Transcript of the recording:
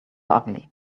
ugly